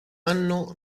anno